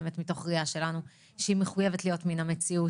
באמת מתוך ראייה שלנו שהיא מחויבת להיות מן המציאות.